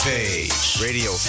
Radio